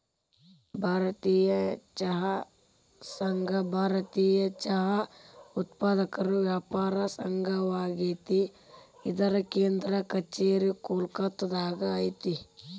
ಭಾರತೇಯ ಚಹಾ ಸಂಘ ಭಾರತೇಯ ಚಹಾ ಉತ್ಪಾದಕರ ವ್ಯಾಪಾರ ಸಂಘವಾಗೇತಿ ಇದರ ಕೇಂದ್ರ ಕಛೇರಿ ಕೋಲ್ಕತ್ತಾದಾಗ ಐತಿ